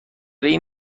این